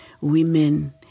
women